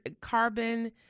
carbon